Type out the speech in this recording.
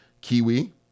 Kiwi